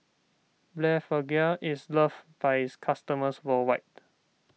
Blephagel is loved by its customers worldwide